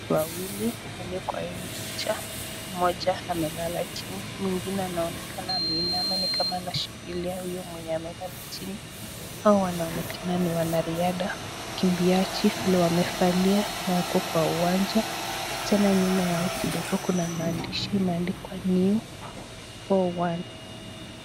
Watu wawili walio kwa hili picha picha, mmoja amelala chini, mwingine anaonekana ameinama ni kama anashikilia huyo mwenye amelala chini, hawa wanaonekana ni wanariadha, wakimbiaji vile wamevalia na wako kwa uwanja, tena nyuma yao kidogo kuna maandishi imeandikwa New four one .